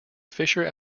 fisher